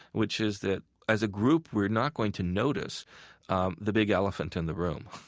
which is that as a group we're not going to notice um the big elephant in the room